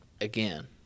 again